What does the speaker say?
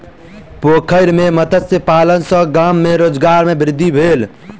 पोखैर में मत्स्य पालन सॅ गाम में रोजगार में वृद्धि भेल